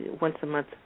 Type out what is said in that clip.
once-a-month